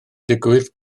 digwydd